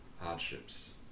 hardships